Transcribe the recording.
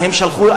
הם שלחו,